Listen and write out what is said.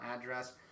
address